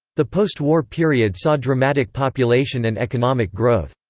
the postwar period saw dramatic population and economic growth.